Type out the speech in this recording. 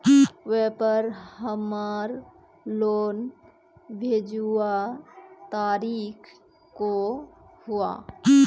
व्यापार हमार लोन भेजुआ तारीख को हुआ?